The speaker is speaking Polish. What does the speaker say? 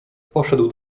poszedł